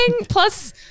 Plus